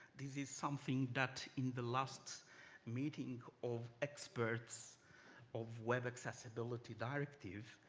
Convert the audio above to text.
this is something that in the last meeting of experts of web accessibility directive,